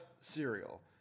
cereal